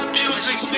music